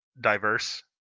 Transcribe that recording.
diverse